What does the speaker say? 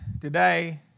today